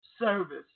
service